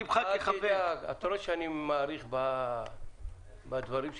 אל תדאג, אתה רואה שאני מאריך בדברים שלי.